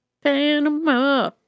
Panama